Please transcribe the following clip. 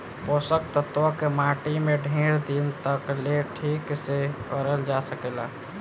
पोषक तत्व के माटी में ढेर दिन तक ले ठीक से रखल जा सकेला